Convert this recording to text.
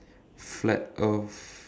flat earth